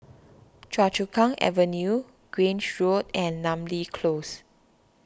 Choa Chu Kang Avenue Grange Road and Namly Close